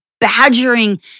badgering